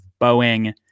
Boeing